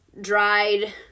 dried